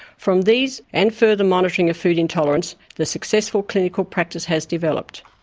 from these and further monitoring of food intolerance the successful clinical practice has developed.